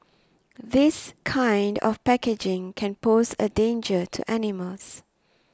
this kind of packaging can pose a danger to animals